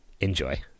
enjoy